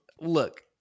Look